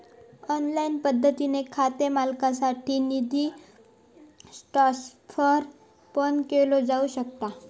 online पद्धतीने खाते मालकासाठी निधी ट्रान्सफर पण केलो जाऊ शकता